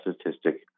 statistic